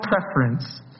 preference